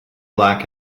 black